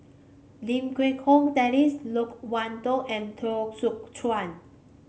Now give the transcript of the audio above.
Lim Quee Hong Daisy Loke Wan Tho and Teo Soon Chuan